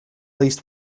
least